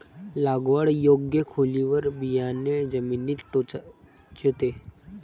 लागवड योग्य खोलीवर बियाणे जमिनीत टोचते